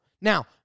Now